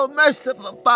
merciful